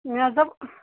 مےٚ حظ دوٚپ